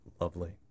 lovely